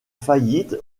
faillite